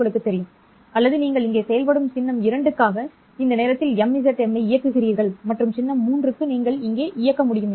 உங்களுக்குத் தெரியும் அல்லது நீங்கள் இங்கே செயல்படும் சின்னம் 2 க்காக இந்த நேரத்தில் MZM ஐ இயக்குகிறீர்கள் மற்றும் சின்னம் 3 க்கு நீங்கள் இங்கே இயக்கலாம்